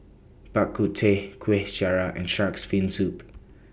Bak Kut Teh Kuih Syara and Shark's Fin Soup